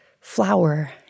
flower